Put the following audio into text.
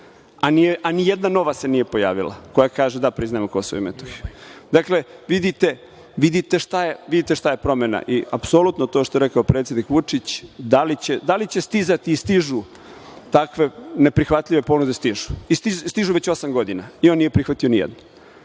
a nijedna nova se nije pojavila koja kaže – da, priznaje Kosovo i Metohiju. Dakle, vidite šta je promena i apsolutno to što je predsednik Vučić, da li će stizati i stižu takve neprihvatljive ponude stižu i stižu već osam godina i on nije prihvatio ni jednu.